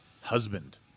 husband